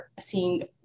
seeing